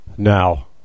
Now